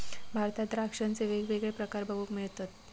भारतात द्राक्षांचे वेगवेगळे प्रकार बघूक मिळतत